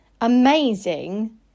amazing